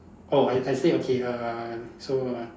oh I I say okay err so uh